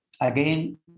again